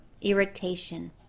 irritation